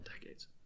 decades